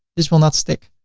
this will not stick.